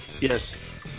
yes